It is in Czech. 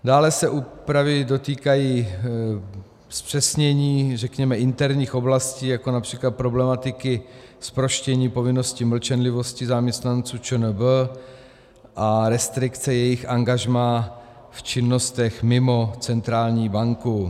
Dále se úpravy dotýkají zpřesnění interních oblastí, jako například problematiky zproštění povinnosti mlčenlivosti zaměstnanců ČNB a restrikce jejich angažmá v činnostech mimo centrální banku.